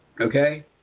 Okay